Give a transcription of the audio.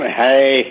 hey